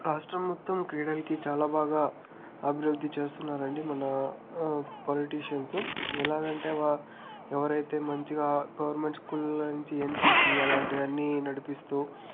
రాష్ట్రం మొత్తం క్రీడలకి చాలా బాగా అభివృద్ధి చేస్తున్నారండి మన పొలిటీషన్సు ఎలాగంటే వార్ ఎవరైతే మంచిగా గవర్నమెంట్ స్కూల్ నుంచి ఎన్సీసీ అలాంటివి అన్ని నడిపిస్తు